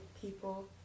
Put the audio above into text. people